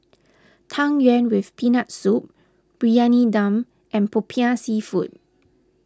Tang Yuen with Peanut Soup Briyani Dum and Popiah Seafood